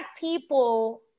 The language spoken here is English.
people